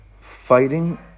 fighting